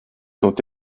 sont